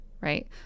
right